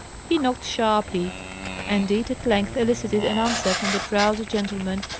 he knocked sharply and it at length elicited an answer from the drowsy gentleman,